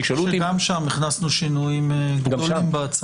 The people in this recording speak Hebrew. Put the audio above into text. גם שם הכנסנו שינויים בהצעה.